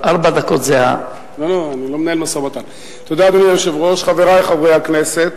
אדוני היושב-ראש, תודה, חברי חברי הכנסת,